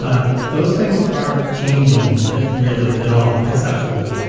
ah those things aren't changing really that all conceptually.